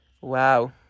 Wow